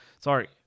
Sorry